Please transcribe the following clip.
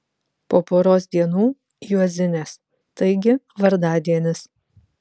po poros dienų juozinės taigi vardadienis